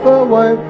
away